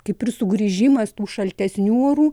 kaip ir sugrįžimas tų šaltesnių orų